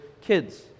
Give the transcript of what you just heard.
kids